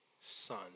son